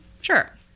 Sure